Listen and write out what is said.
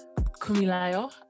kumilayo